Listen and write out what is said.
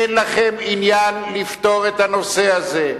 אין לכם עניין לפתור את הנושא הזה.